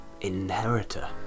inheritor